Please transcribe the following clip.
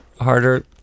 harder